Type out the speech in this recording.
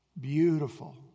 beautiful